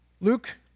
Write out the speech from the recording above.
Luke